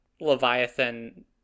Leviathan